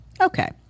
Okay